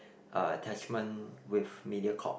uh attachment with Mediacorp